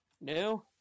new